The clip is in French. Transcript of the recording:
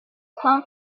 cinq